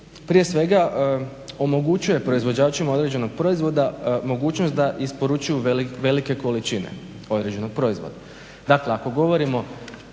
prije svega omogućuje proizvođačima određenog proizvoda mogućnost da isporučuju velike količine određenog proizvoda. Dakle, ako govorimo